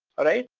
alright?